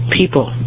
people